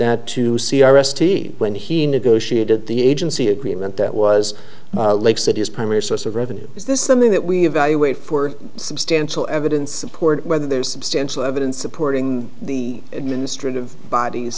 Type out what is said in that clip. that to see r s t when he negotiated the agency agreement that was lake city's primary source of revenue is this something that we evaluate for substantial evidence support when there is substantial evidence supporting the administrative bodies